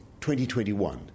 2021